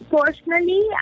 Personally